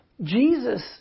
Jesus